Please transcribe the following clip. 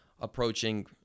approaching